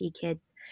kids